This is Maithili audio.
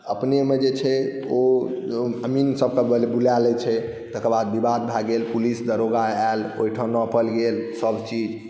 अपनेमे जे छै ओ अमीनसभकेँ बुला लैत छै तकर बाद विवाद भए गेल पुलिस दरोगा आयल ओहिठाम नापल गेल सभचीज